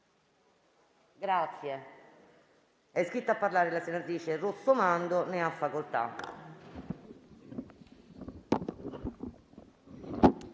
Grazie